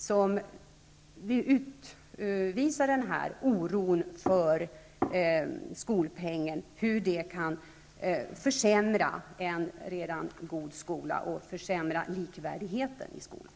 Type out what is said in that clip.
Där visar man på den oron och på hur skolpengen kan försämra en god skola och försämra likvärdigheten i skolan.